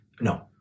no